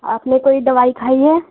آپ نے کوئی دوائی کھائی ہے